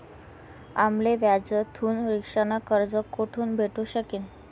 आम्ले व्याजथून रिक्षा न कर्ज कोठून भेटू शकीन